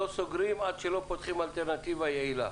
לא סוגרים עד שלא פותחים אלטרנטיבה יעילה.